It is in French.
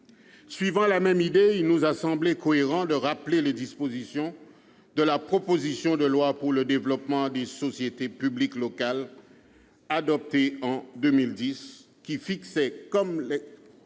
Suivant la même idée, il nous a semblé cohérent de rappeler les dispositions contenues dans la proposition de loi pour le développement des sociétés publiques locales, adoptée en 2010, qui fixaient comme exigence